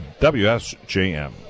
WSJM